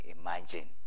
imagine